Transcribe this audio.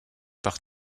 par